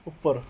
ਉੱਪਰ